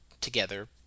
together